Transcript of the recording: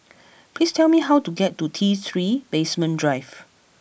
please tell me how to get to T Three Basement Drive